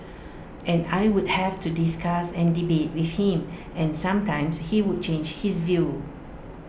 and I would have to discuss and debate with him and sometimes he would change his view